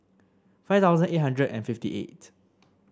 five thousand eight hundred and fifty eight